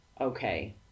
okay